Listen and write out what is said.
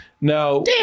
Now